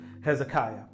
Hezekiah